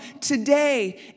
today